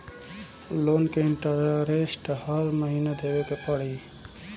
Loan के interest हर महीना देवे के पड़ी?